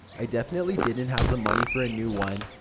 i definitely didn't have the money for a new one,